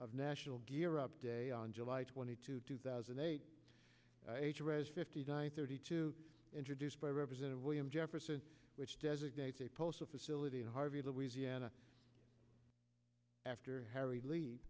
of national gear up day on july twenty two two thousand eight hundred thirty two introduced by representative william jefferson which designates a postal facility at harvey louisiana after harry lead